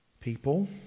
people